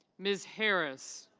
ms. harris.